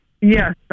Yes